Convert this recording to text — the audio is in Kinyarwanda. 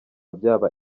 byaba